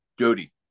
Jody